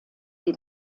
die